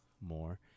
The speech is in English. more